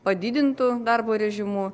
padidintu darbo režimu